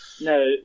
No